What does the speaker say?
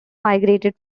migrated